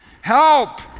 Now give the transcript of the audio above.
Help